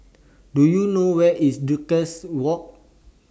Do YOU know Where IS Duchess Walk